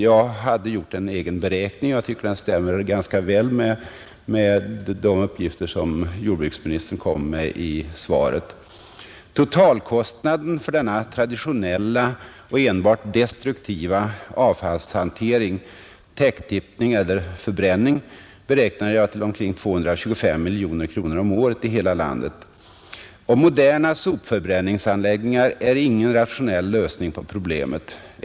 Jag hade gjort en egen beräkning, och jag tycker att den stämmer ganska väl med de uppgifter som jordbruksministern lämnade i svaret. Totalkostnaden för denna traditionella och enbart destruktiva avfallshantering — täcktippning eller förbränning — beräknade jag till omkring 225 miljoner kronor om året i hela landet. Moderna sopförbränningsanläggningar är ingen rationell lösning på problemet.